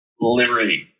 Liberty